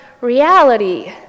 reality